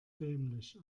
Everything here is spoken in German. dämlich